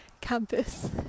campus